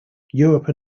europe